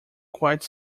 quite